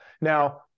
Now